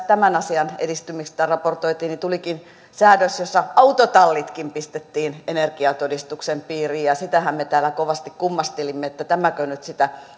tämän asian edistymisestä raportoitiin tulikin säädös jossa autotallitkin pistettiin energiatodistuksen piiriin ja sitähän me täällä kovasti kummastelimme että tämäkö nyt sitä